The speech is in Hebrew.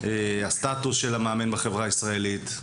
הסטטוס של המאמן בחברה הישראלית.